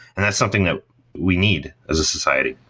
and that's something that we need as a society